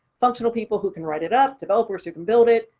functional people who can write it up, developers who can build it,